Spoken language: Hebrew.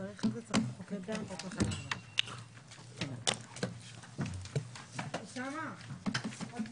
הישיבה ננעלה בשעה 13:35.